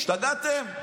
השתגעתם?